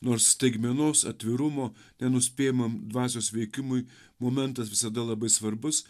nors staigmenos atvirumo nenuspėjamam dvasios veikimui momentas visada labai svarbus